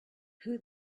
who